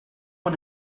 one